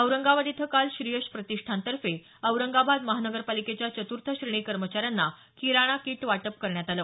औरंगाबाद इथं काल श्रीयश प्रतिष्ठान तर्फे औरंगाबाद महानगरपालिकेच्या चतुर्थ श्रेणी कर्मचाऱ्यांना किराणा किट वाटप करण्यात आलं